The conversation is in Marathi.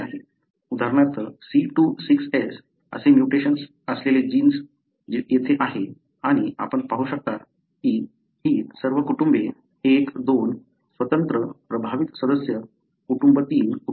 उदाहरणार्थ C26S असे म्युटेशन्स असलेले जीन येथे आहे आणि आपण पाहू शकता की ही सर्व कुटुंबे 1 2 स्वतंत्र प्रभावित सदस्य कुटुंब 3 कुटुंब 4